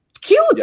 Cute